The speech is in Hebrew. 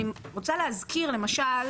איל שישה?